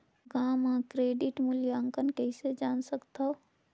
गांव म क्रेडिट मूल्यांकन कइसे जान सकथव?